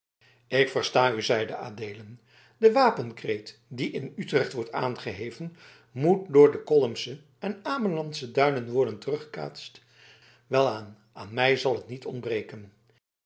ik versta u zeide adeelen de wapenkreet die in utrecht wordt aangeheven moet door de collumsche en amelandsche duinen worden teruggekaatst welaan aan mij zal het niet ontbreken